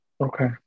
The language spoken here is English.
okay